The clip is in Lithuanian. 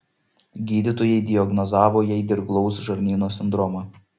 gydytojai diagnozavo jai dirglaus žarnyno sindromą